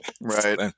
Right